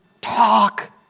Talk